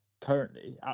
currently